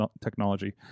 technology